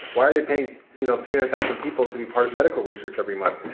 why are they paying you know three hundred thousand people to be part of medical research every month?